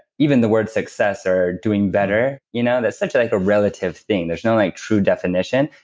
even the word success or doing better. you know that's such a like relative thing. there's no like true definition,